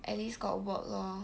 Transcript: at least got work lor